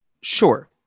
Sure